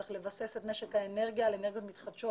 צריך לבסס את משק האנרגיה על אנרגיות מתחדשות